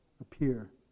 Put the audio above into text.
appear